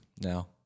now